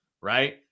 right